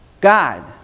God